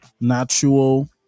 natural